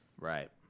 Right